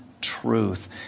truth